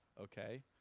okay